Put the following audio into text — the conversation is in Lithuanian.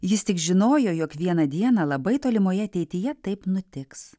jis tik žinojo jog vieną dieną labai tolimoje ateityje taip nutiks